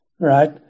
Right